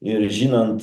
ir žinant